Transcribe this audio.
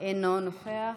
אינו נוכח,